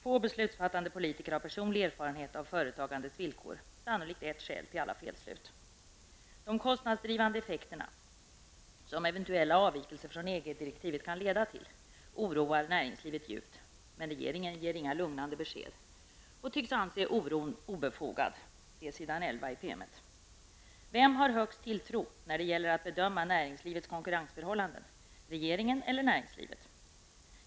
Få beslutsfattande politiker har personlig erfarenhet av företagandets villkor. Det är sannolikt ett skäl till alla felslut. De kostnadsdrivande effekterna som eventuella avvikelser från EG-direktivet kan leda till, oroar näringslivet djupt. Regeringen ger dock inga lugnande besked och tycks anse oron vara obefogad, vilket framgår på s. 11 i promemorian. Vem har högst tilltro när det gäller att bedöma näringslivets konkurrensförhållanden, regeringen eller näringslivet?